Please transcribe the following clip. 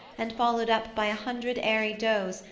and followed up by a hundred airy does,